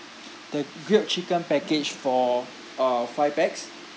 the grilled chicken package for uh five pax